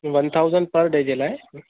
one thousand per day जे लाइ